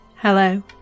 Hello